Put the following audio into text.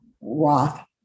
Roth